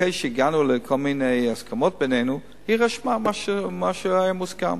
אחרי שהגענו לכל מיני הסכמות בינינו היא רשמה מה שהיה מוסכם.